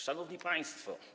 Szanowni Państwo!